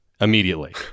immediately